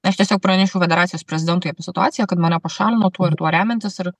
aš tiesiog pranešiau federacijos prezidentui apie situaciją kad mane pašalino tuo ir tuo remiantis ir